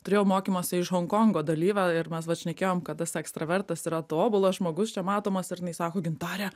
turėjau mokymuose iš honkongo dalyvę ir mes vat šnekėjom kad tas ekstravertas yra tobulas žmogus čia matomas ir jinai sako gintare